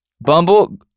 Bumble